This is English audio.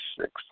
six